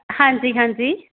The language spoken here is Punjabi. ਹਾਂਜੀ ਹਾਂਜੀ